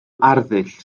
arddull